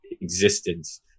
existence